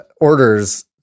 orders